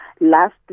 last